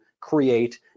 create